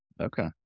Okay